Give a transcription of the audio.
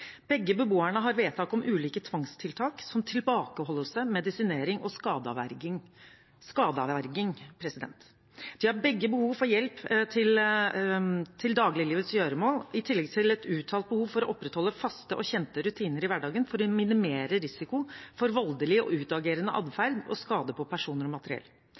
Begge beboerne har vedtak om ulike tvangstiltak, som tilbakeholdelse, medisinering og skadeavverging. De har begge behov for hjelp i dagliglivets gjøremål, i tillegg til et uttalt behov for å opprettholde faste og kjente rutiner i hverdagen for å minimere risiko for voldelig og utagerende atferd og skade på personer og materiell.